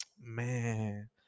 man